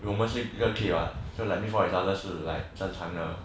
我们是 okay what like make fun of each other is 正常的